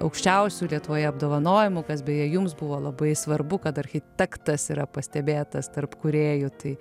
aukščiausiu lietuvoje apdovanojimų kas beje jums buvo labai svarbu kad architektas yra pastebėtas tarp kūrėjų tai